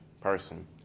person